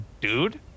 dude